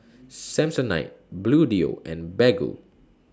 Samsonite Bluedio and Baggu